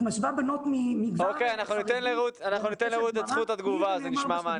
את משווה בנות ממגזר חרדי --- לי זה נאמר בשבוע שעבר.